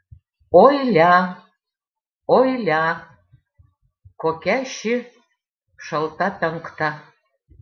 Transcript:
oi lia oi lia kokia ši šalta penkta